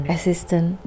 Assistant